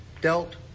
dealt